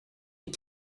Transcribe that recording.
des